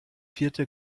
vierte